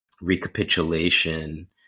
recapitulation